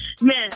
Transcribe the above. man